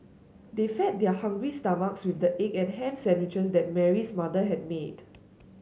they fed their hungry stomachs with the egg and ham sandwiches that Mary's mother had made